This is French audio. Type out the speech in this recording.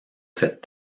cette